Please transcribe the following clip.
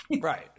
Right